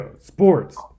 sports